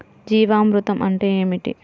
జీవామృతం అంటే ఏమిటి?